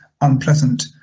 unpleasant